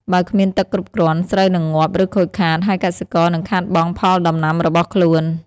បើគ្មានទឹកគ្រប់គ្រាន់ ស្រូវនឹងងាប់ ឬខូចខាត ហើយកសិករនឹងខាតបង់ផលដំណាំរបស់ខ្លួន។